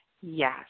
yes